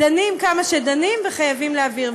דנים כמה שדנים וחייבים להעביר.